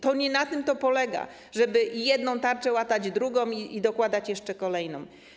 To nie na tym polega, żeby jedną tarczę łatać drugą i dokładać jeszcze kolejną.